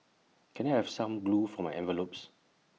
can I have some glue for my envelopes